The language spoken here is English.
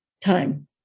time